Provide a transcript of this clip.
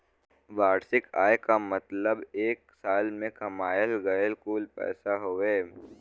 वार्षिक आय क मतलब एक साल में कमायल गयल कुल पैसा हउवे